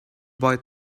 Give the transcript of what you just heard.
boy